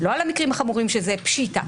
לא על המקרים החמורים שזה פשיטא.